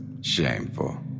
Shameful